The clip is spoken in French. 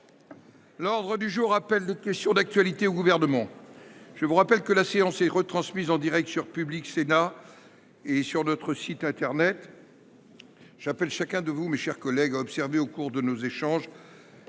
L’ordre du jour appelle les réponses à des questions d’actualité au Gouvernement. Je vous rappelle que la séance est retransmise en direct sur Public Sénat et sur notre site internet. Au nom du bureau du Sénat, j’appelle chacun de vous, mes chers collègues, à observer au cours de nos échanges